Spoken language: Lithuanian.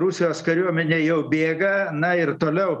rusijos kariuomenė jau bėga na ir toliau